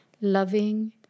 loving